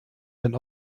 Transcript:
ein